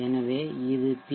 எனவே இது பி